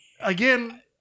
again